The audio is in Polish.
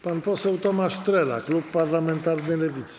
Pan poseł Tomasz Trela, klub parlamentarny Lewicy.